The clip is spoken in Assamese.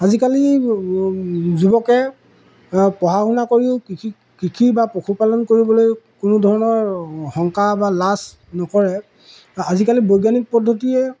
আজিকালি যুৱকে পঢ়া শুনা কৰিও কৃষি কৃষি বা পশুপালন কৰিবলৈ কোনো ধৰণৰ শংকা বা লাজ নকৰে আজিকালি বৈজ্ঞানিক পদ্ধতিয়ে